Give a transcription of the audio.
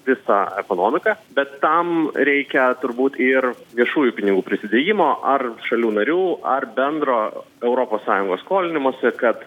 visą ekonomiką bet tam reikia turbūt ir viešųjų pinigų prisidėjimo ar šalių narių ar bendro europos sąjungos skolinimosi kad